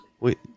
wait